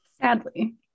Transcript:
Sadly